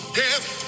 death